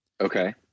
Okay